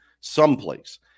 someplace